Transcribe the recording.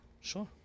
Sure